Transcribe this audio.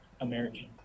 American